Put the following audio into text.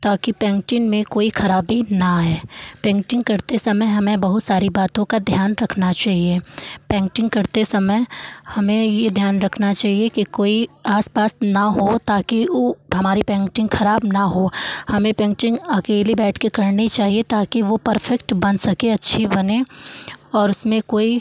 ताकि पेंटिंग में कोई खराबी ना आए पेंटिंग करते समय हमें बहुत सारी बातों का ध्यान रखना चहिए पेंटिंग करते समय हमें ये ध्यान रखना चहिए कि कोई आसपास ना हो ताकि वो हमारी पेंटिंग खराब ना हो हमें पेंटिंग अकेले बैठ के करनी चाहिए ताकि वो परफ़ेक्ट बन सके अच्छी बने और उसमें कोई